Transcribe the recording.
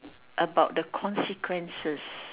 about the consequences